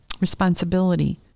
responsibility